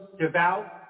devout